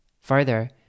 Further